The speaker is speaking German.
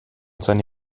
seine